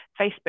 Facebook